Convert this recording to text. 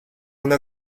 una